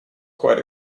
quite